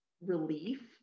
relief